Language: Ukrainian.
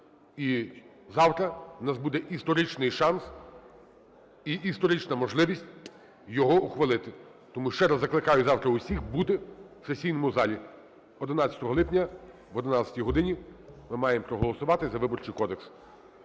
І завтра у нас буде історичний шанс і історична можливість його ухвалити. Тому ще раз закликаю завтра всіх бути в сесійному залі. 11 липня, об 11 годині ми маємо проголосувати за Виборчий кодекс.